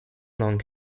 long